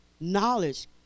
knowledge